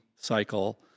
cycle